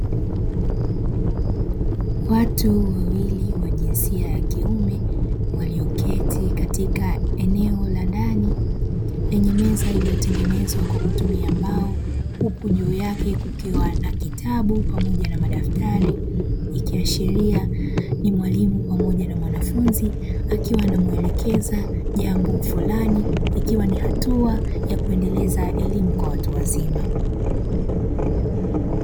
Watu wawili wa jinsia ya kiume walioketi katika eneo la ndani lenye meza meza iliyotengenezwa kwa kutumia mbao, huku juu yake kukiwa na kitabu pamoja na madaftari, ikiashiria ni mwalimu pamoja na mwanafunzi akiwa anamuelekeza jambo fulani ikiwa ni hatua ya kuendeleza elimu kwa watu wazima.